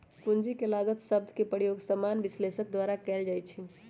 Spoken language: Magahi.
पूंजी के लागत शब्द के प्रयोग सामान्य विश्लेषक द्वारा कएल जाइ छइ